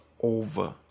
over